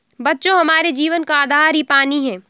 बच्चों हमारे जीवन का आधार ही पानी हैं